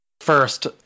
first